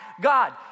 God